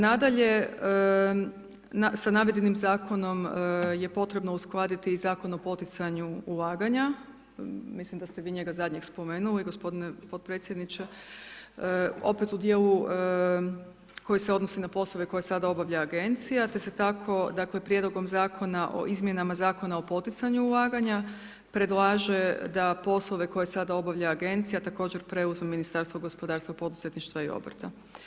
Nadalje, sa navedenim Zakonom je potrebno uskladiti i Zakon o poticanju ulaganja, mislim da ste vi njega zadnjeg spomenuli gospodine podpredsjedniče, opet u dijelu koji se odnosi na poslove koje sada obavlja Agencija, te se tako, dakle, prijedlogom Zakona o izmjenama zakona o poticanju ulaganja, predlaže da poslove koje sada obavlja Agencija, također preuzme Ministarstvo gospodarstva, poduzetništva i obrta.